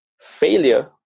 Failure